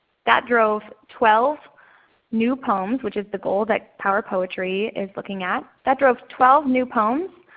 that drove twelve new poems which is the goal that power poetry is looking at. that drove twelve new poems.